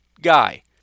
guy